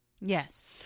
Yes